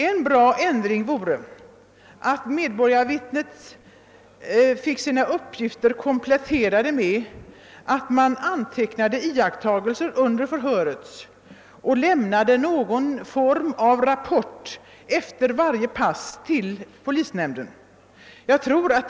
En god ändring vore att medborgarvittnet fick sina uppgifter kompletterade med att anteckna iakttagelser under förhöret och lämna någon form av rapport till polisnämnden efter varje pass.